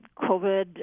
COVID